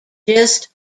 just